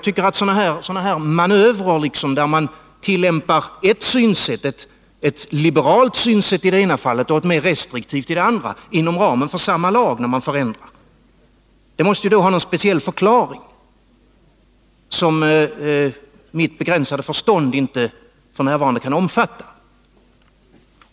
Sådana här manövrer, där man tillämpar ett liberalt synsätt i det ena fallet och ett mera restriktivt i det andra inom ramen för samma lag, måste ha någon speciell förklaring som mitt begränsade förstånd inte f.n. kan omfatta.